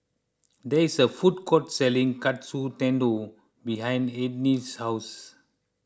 there is a food court selling Katsu Tendon behind Enid's house